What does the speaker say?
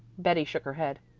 betty shook her head.